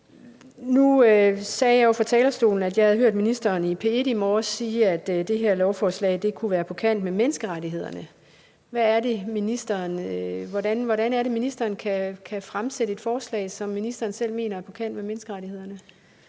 Nu sagde jeg jo fra talerstolen, at jeg havde hørt ministeren sige i P1 i morges, at det her lovforslag kunne være på kant med menneskerettighederne. Hvordan er det, ministeren kan fremsætte et forslag, som ministeren selv mener er på kant med menneskerettighederne?